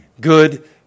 good